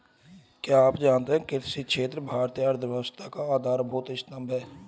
क्या आप जानते है कृषि क्षेत्र भारतीय अर्थव्यवस्था का आधारभूत स्तंभ है?